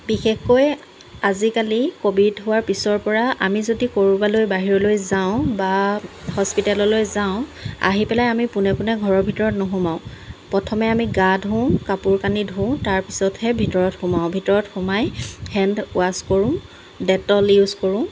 বিশেষকৈ আজিকালি ক'ভিড হোৱাৰ পিছৰপৰা আমি যদি ক'ৰবালৈ বাহিৰলৈ যাওঁ বা হস্পিটেললৈ যাওঁ আহি পেলাই আমি পোনে পোনে ঘৰৰ ভিতৰত নোসোমাও প্ৰথমে আমি গা ধোওঁ কাপোৰ কানি ধোওঁ তাৰপিছতহে ভিতৰত সোমাওঁ ভিতৰত সোমাই হেণ্ড ৱাছ কৰোঁ ডেটল ইউজ কৰোঁ